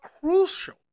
crucial